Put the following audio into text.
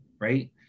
right